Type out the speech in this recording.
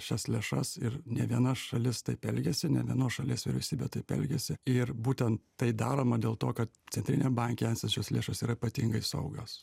šias lėšas ir ne viena šalis taip elgiasi ne vienos šalies vyriausybė taip elgiasi ir būtent tai daroma dėl to kad centriniam banke esančios lėšos yra ypatingai saugios